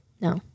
No